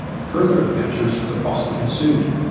further adventures for the fossil ensued,